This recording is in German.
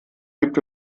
gibt